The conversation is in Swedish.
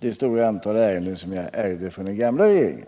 det stora antal ärenden som jag ärvde från den gamla regeringen.